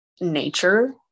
nature